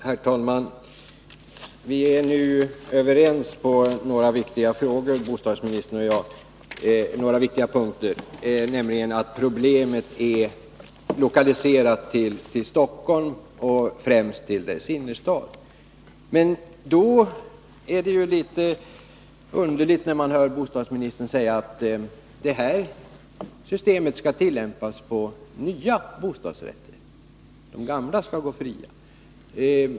Herr talman! Bostadsministern och jag är nu överens på några viktiga punkter, nämligen att problemet är lokaliserat till Stockholm och främst till dess innerstad. Men då är det litet underligt när man hör bostadsministern säga att det här systemet skall tillämpas på nya bostadsrätter, de gamla skall gå fria.